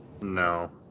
no